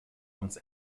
uns